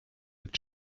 mit